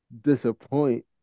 disappoint